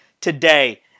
today